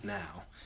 now